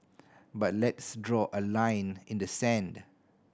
but let's draw a line in the sand